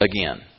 again